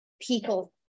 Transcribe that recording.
people